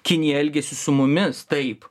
kinija elgiasi su mumis taip